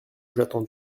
j’attends